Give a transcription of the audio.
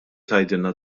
tgħidilna